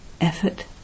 effort